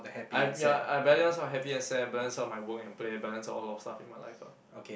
I've ya I balance out happy and sad I balance out my work and play balance out a lot of stuff in my life ah